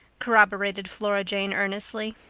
corroborated flora jane earnestly.